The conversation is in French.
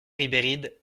ribéride